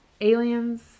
aliens